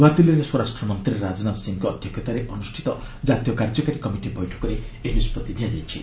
ନୂଆଦିଲ୍ଲୀରେ ସ୍ୱରାଷ୍ଟ୍ରମନ୍ତ୍ରୀ ରାଜନାଥ ସିଂହଙ୍କ ଅଧ୍ୟକ୍ଷତାରେ ଅନୁଷ୍ଠିତ କାର୍ଯ୍ୟକାରୀ କମିଟି ବୈଠକରେ ଏହି ନିଷ୍କଭି ନିଆଯାଇଛି